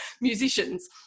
musicians